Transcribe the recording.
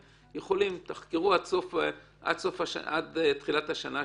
תחקרו עד תחילת השנה השישית,